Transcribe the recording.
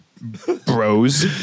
bros